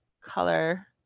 color